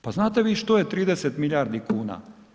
Pa znate vi što je 30 milijardi kuna?